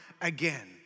again